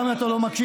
גם אם אתה לא מקשיב.